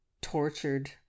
tortured